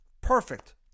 Perfect